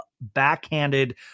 backhanded